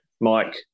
Mike